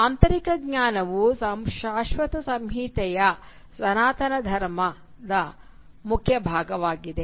ಆಂತರಿಕ ಜ್ಞಾನವು ಶಾಶ್ವತ ಸಂಹಿತೆಯ ಸನಾತನ ಧರ್ಮ ಮುಖ್ಯ ಭಾಗವಾಗಿದೆ